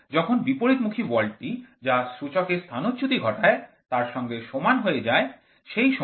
যখন বিপরীতমুখী বলটি যা সূচকের স্থানচ্যুতি ঘটায় তার সঙ্গে সমান হয়ে যায় সেই সময় আমরা সাম্যাবস্থা ফিরে পাই